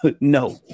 no